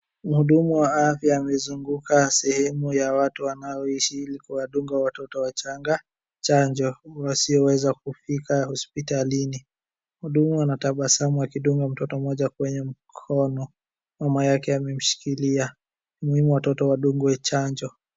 Mhudumu wa afya amezunguka sehemu ya watu wanaoishi ili kuwadunga watoto wachanga chanjo wasioweza kufika hospitalini. Mhudumu anatabasamu akidunga mtoto mmoja kwenye mkono, mama yake amemshikilia. Ni muhimu watoto wadungwe chanjo.